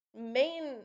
main